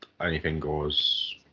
anything-goes